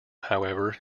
however